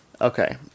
okay